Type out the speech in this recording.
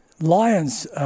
Lions